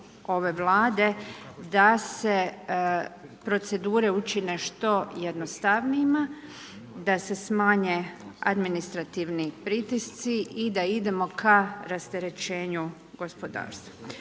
ove Vlade da se procedure učine što jednostavnijima, da se smanje administrativni pritisci i da idemo ka rasterećenju gospodarstva.